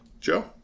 Joe